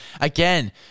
Again